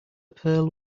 pearl